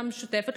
מהרשימה המשותפת,